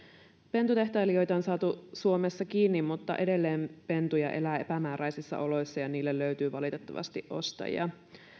pentutehtailijoita on saatu suomessa kiinni mutta edelleen pentuja elää epämääräisissä oloissa ja niille löytyy valitettavasti ostajia